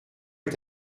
est